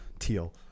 teal